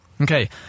okay